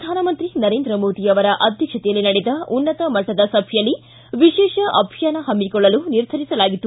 ಪ್ರಧಾನಮಂತ್ರಿ ನರೇಂದ್ರ ಮೋದಿ ಅವರ ಅಧ್ಯಕ್ಷತೆಯಲ್ಲಿ ನಡೆದ ಉನ್ನತ ಮಟ್ಟದ ಸಭೆಯಲ್ಲಿ ವಿಶೇಷ ಅಭಿಯಾನ ಹಮ್ಮಿಕೊಳ್ಳಲು ನಿರ್ಧರಿಸಲಾಗಿತ್ತು